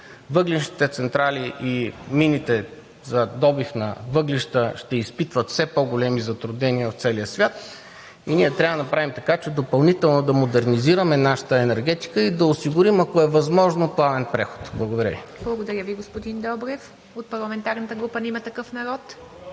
въглищните централи и мините за добив на въглища ще изпитват все по-големи затруднения в целия свят и ние трябва да направим така, че допълнително да модернизираме нашата енергетика и да осигурим, ако е възможно, плавен преход. Благодаря Ви. ПРЕДСЕДАТЕЛ ИВА МИТЕВА: Благодаря Ви, господин Добрев. От парламентарната група на „Има такъв народ“